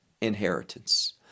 inheritance